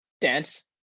dance